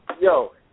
Yo